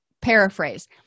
paraphrase